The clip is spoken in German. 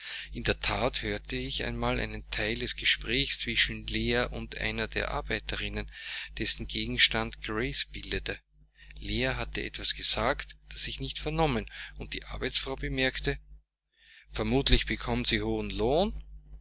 in der that hörte ich einmal einen teil des gesprächs zwischen leah und einer der arbeiterinnen dessen gegenstand grace bildete leah hatte etwas gesagt das ich nicht vernommen und die arbeitsfrau bemerkte vermutlich bekommt sie hohen lohn